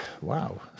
wow